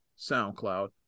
SoundCloud